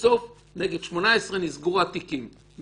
ובסוף נגד 18 נסגרו התיקים.